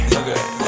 okay